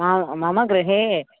आम् मम गृहे